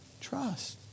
trust